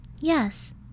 Yes